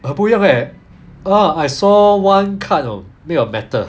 很不一样 leh mm I saw one card you know made of metal